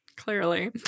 Clearly